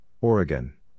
Oregon